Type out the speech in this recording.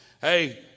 Hey